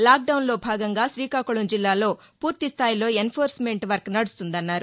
లాక్డౌన్లో భాగంగా రీకాకుళం జిల్లాలో ఫూర్తిస్థాయిలో ఎన్ఫోర్స్మెంట్ వర్క్ నడుస్తుందన్నారు